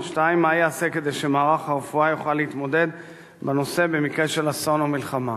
2. מה ייעשה כדי שמערך הרפואה יוכל להתמודד במקרה של אסון או מלחמה?